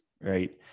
right